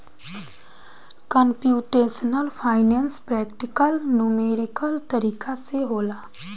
computational finance practical numerical तरीका से होला